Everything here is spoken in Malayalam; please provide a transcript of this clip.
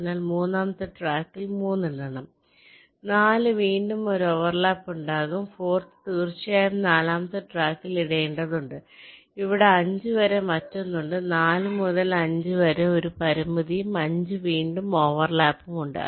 അതിനാൽ മൂന്നാമത്തെ ട്രാക്കിൽ 3 ഇടണം 4 വീണ്ടും ഒരു ഓവർലാപ്പ് ഉണ്ടാകും ഫോർത്ത് തീർച്ചയായും നാലാമത്തെ ട്രാക്കിൽ ഇടേണ്ടതുണ്ട് ഇവിടെ 5 വരെ മറ്റൊന്നുണ്ട് 4 മുതൽ 5 വരെ ഇത് ഒരു പരിമിതിയും 5 വീണ്ടും ഓവർലാപ്പും ഉണ്ട്